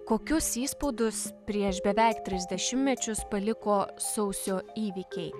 kokius įspaudus prieš beveik tris dešimtmečius paliko sausio įvykiai